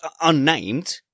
unnamed